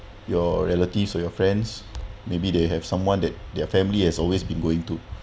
your relatives or your friends maybe they have someone that their family has always been going to